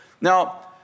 Now